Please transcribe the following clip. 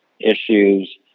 issues